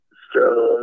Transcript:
strong